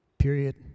period